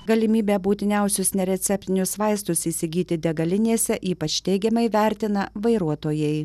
galimybę būtiniausius nereceptinius vaistus įsigyti degalinėse ypač teigiamai vertina vairuotojai